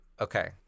Okay